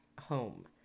home